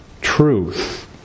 truth